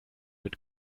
mit